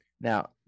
Now